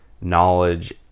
knowledge